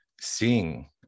seeing